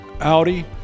Audi